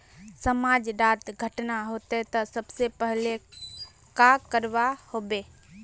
समाज डात घटना होते ते सबसे पहले का करवा होबे?